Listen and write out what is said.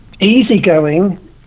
easygoing